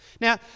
Now